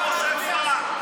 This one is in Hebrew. לא צריך לשמוע אותם.